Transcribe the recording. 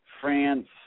France